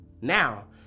Now